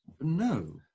No